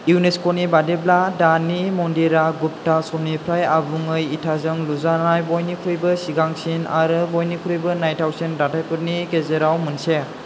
इउनेस्क'नि बादिब्ला दानि मन्दिरा गुप्ता समनिफ्राय आबुङै इथाजों लुजानाय बयनिख्रुयबो सिगांसिन आरो बयनिख्रुयबो नायथावसिन दाथायफोरनि गेजेराव मोनसे